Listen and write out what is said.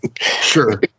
Sure